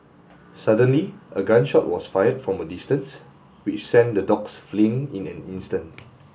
suddenly a gun shot was fired from a distance which sent the dogs fleeing in an instant